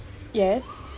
yes